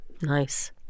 Nice